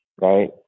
right